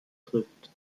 trifft